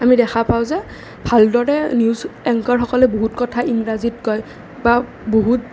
আমি দেখা পাওঁ যে ভালদৰে নিউজ এংকৰসকলে বহুত কথা ইংৰাজীত কয় বা বহুত